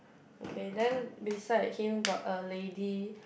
okay then beside him got a lady